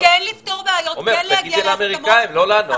עומר, תגידי לאמריקאים, לא לנו.